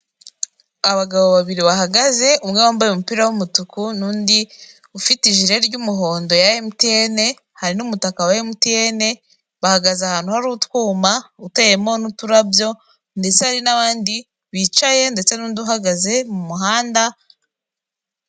Imitako ya kinyarwanda yo mu bwoko bw'intango imanitse iri mu mabara atandukanye y'umweru n'umukara, umuhondo, icyatsi kaki, ubururu, orange.